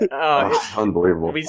Unbelievable